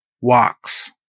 Walks